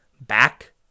back